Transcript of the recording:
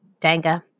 Danga